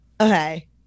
Okay